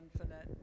infinite